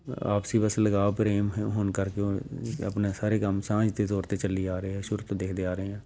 ਆਪਸੀ ਬਸ ਲਗਾਵ ਪ੍ਰੇਮ ਹ ਹੋਣ ਕਰਕੇ ਉਹ ਆਪਣੇ ਸਾਰੇ ਕੰਮ ਸਾਂਝ ਦੇ ਤੌਰ 'ਤੇ ਚੱਲੀ ਜਾ ਰਹੇ ਆ ਸ਼ੁਰੂ ਤੋਂ ਦੇਖਦੇ ਆ ਰਹੇ ਆ